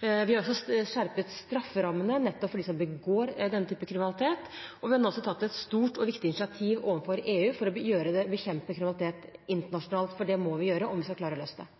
Vi har også skjerpet strafferammene for dem som begår denne type kriminalitet, og vi har nå tatt et stort og viktig initiativ overfor EU for å bekjempe kriminalitet internasjonalt, for det må vi gjøre om vi skal klare å løse det.